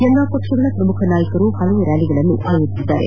ಎಲ್ಲಾ ಪಕ್ಷಗಳ ಪ್ರಮುಖ ನಾಯಕರು ಹಲವು ರ್ಹಾಲಿಗಳನ್ನು ಆಯೋಜಿಸಿದ್ದಾರೆ